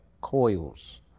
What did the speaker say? coils